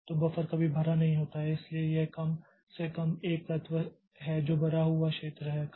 तो बफर कभी भरा नहीं होता है इसलिए यह कम से कम 1 तत्व है जो भरा हुआ क्षेत्र है